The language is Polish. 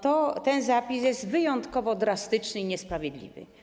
Ten zapis jest wyjątkowo drastyczny i niesprawiedliwy.